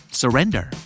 surrender